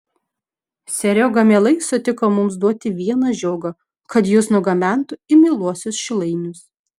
serioga mielai sutiko mums duoti vieną žiogą kad jus nugabentų į mieluosius šilainius